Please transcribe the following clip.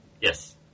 Yes